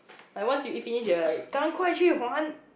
like once you eat finish they're like gan kuai qu huan